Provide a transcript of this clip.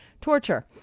torture